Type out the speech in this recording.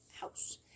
house